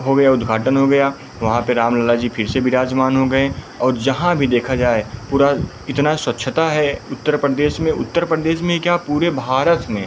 हो गया उद्घाटन हो गया वहाँ पर राम लाला जी फिर से विराजमान हो गए और जो जहाँ भी देखा जाए पूरा इतना स्वच्छता है उत्तर परदेश में उत्तर प्रदेश में ही क्या पूरे भारत में